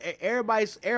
Everybody's